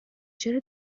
چرا